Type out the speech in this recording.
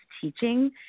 teaching